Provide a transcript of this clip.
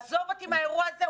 עזוב אותי מהאירוע הזה,